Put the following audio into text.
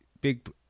big